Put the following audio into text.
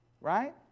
Right